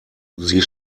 sie